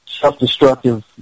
self-destructive